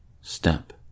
Step